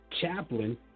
chaplain